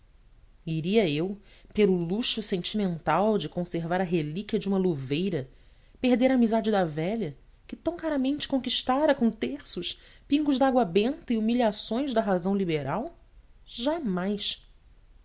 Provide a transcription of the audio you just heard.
iria eu pelo luxo sentimental de conservar a relíquia de uma luveira perder a amizade da velha que tão caramente conquistara com terços pingos de água benta e humilhações da razão liberal jamais